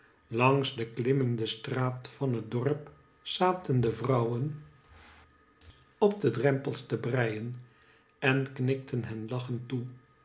langs de klimmende straat van het dorp zaten de vrouwen op de drempels te breien en kmkten hen kchende toe